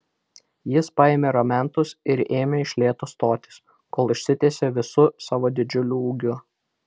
jis paėmė ramentus ir ėmė iš lėto stotis kol išsitiesė visu savo didžiuliu ūgiu